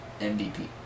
MVP